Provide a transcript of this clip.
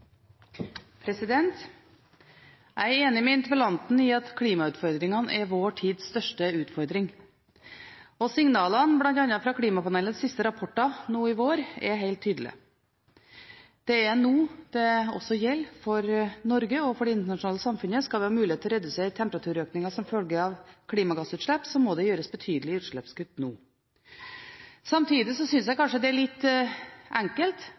enig med interpellanten i at klimautfordringene er vår tids største utfordring. Signalene, bl.a. fra klimapanelets siste rapporter nå i vår, er helt tydelige. Det er nå det også gjelder for Norge og for det internasjonale samfunnet. Skal vi ha mulighet til å redusere temperaturøkninger som følge av klimagassutslipp, må det gjøres betydelige utslippskutt nå. Samtidig synes jeg kanskje det er litt enkelt